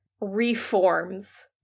reforms